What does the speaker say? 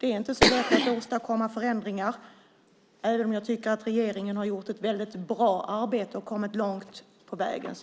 Det är inte lätt att åstadkomma förändringar, även om jag tycker att regeringen har gjort ett bra arbete och kommit långt på vägen.